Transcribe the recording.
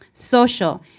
social,